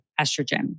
estrogen